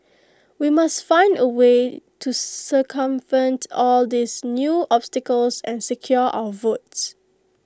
we must find A way to circumvent all these new obstacles and secure our votes